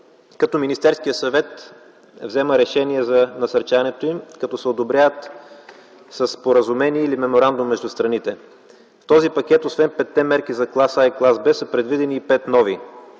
като Министерският съвет взема решение за насърчаването им, като се одобряват със споразумение или меморандум между страните. В този пакет, освен петте мерки за клас А и клас Б, са предвидени и пет нови,